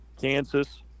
Kansas